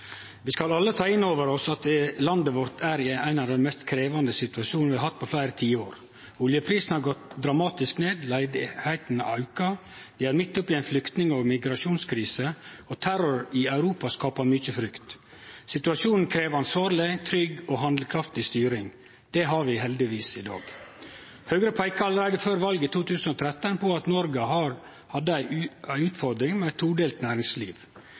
i ein av dei mest krevjande situasjonane vi har hatt på fleire tiår. Oljeprisen har gått dramatisk ned. Arbeidsløysa har auka. Vi er midt oppe i ei flyktning- og migrasjonskrise, og terror i Europa skapar mykje frykt. Situasjonen krev ansvarleg, trygg og handlekraftig styring. Det har vi heldigvis i dag. Høgre peika allereie før valet i 2013 på at Noreg hadde ei utfordring med eit todelt næringsliv.